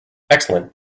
excellent